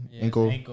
ankle